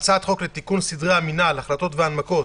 הצעת חוק לתיקון סדרי המינהל (החלטות והנמקות)